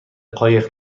قایق